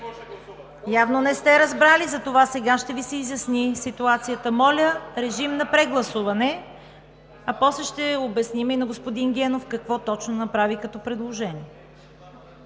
Явно не сте разбрали, затова сега ще Ви се изясни ситуацията. Моля, режим на прегласуване, а после ще обясним и на господин Генов какво точно направи като предложение.